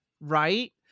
right